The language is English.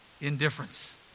indifference